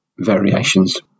Variations